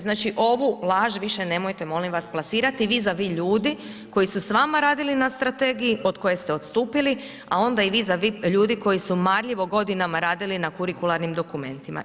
Znači ovu laž više nemojte molim vas plasirati vi za vi ljudi koji su s vama radili na strategiji od koje ste odstupili, a onda i vi za vi ljudi koji su marljivo godinama radili na kurikularnim dokumentima.